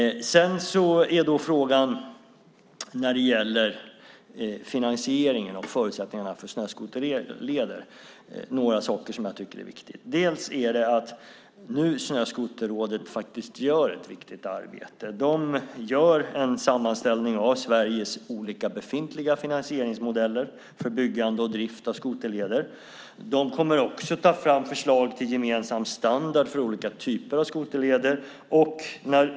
Sedan var det frågan om finansiering och förutsättningarna för snöskoterleder. Snöskoterrådet gör faktiskt ett viktigt arbete. De gör en sammanställning av Sveriges olika befintliga finansieringsmodeller för byggande och drift av skoterleder. De kommer också att ta fram förslag till gemensam standard för olika typer av skoterleder.